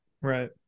Right